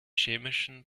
chemischen